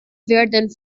werden